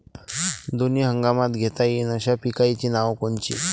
दोनी हंगामात घेता येईन अशा पिकाइची नावं कोनची?